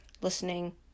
listening